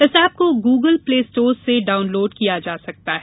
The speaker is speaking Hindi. इस एप को गूगल प्ले स्टोर्स से डाउन लोड किया जा सकता है